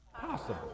Possible